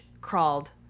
crawled